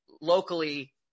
locally